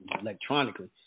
electronically